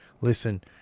listen